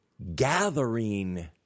gathering